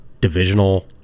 divisional